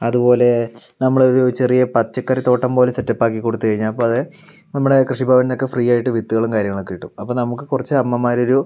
അതുപോലെ നമ്മള് ഒരു ചെറിയ പച്ചക്കറി തോട്ടം പോലെ സെറ്റപ്പ് ആക്കി കൊടുത്തു കഴിഞ്ഞാൽ അപ്പോൾ അത് നമ്മുടെ കൃഷിഭവൻന്നൊക്കെ ഫ്രീയായിട്ട് വിത്തുകളും കാര്യങ്ങളൊക്കെ കിട്ടും അപ്പോൾ നമുക്ക് കുറച്ച് അമ്മമാര് ഒരു